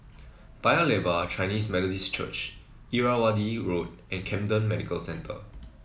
Paya Lebar Chinese Methodist Church Irrawaddy Road and Camden Medical Centre